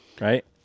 right